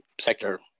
sector